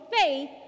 faith